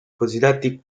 cosiddetti